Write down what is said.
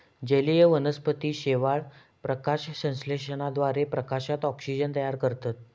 जलीय वनस्पती शेवाळ, प्रकाशसंश्लेषणाद्वारे प्रकाशात ऑक्सिजन तयार करतत